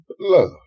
love